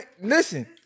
Listen